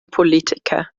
politiker